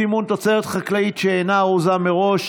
סימון תוצרת חקלאית שאינה ארוזה מראש),